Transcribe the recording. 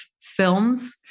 films